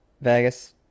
Vegas